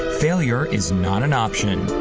failure is not an option.